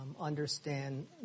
understand